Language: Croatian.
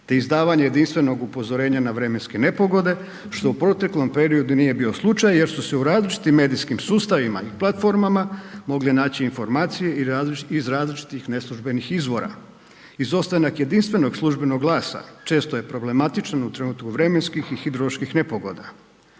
te izdavanje jedinstvenog upozorenja na vremenske nepogode što u proteklom periodu nije bio slučaj jer su se u različitim medijskim sustavima i platformama mogle naći informacije iz različitih neslužbenih izvora. Izostanak jedinstvenog službenog glasa često je problematičan u trenutku vremenskih i hidroloških nepogoda.